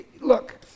Look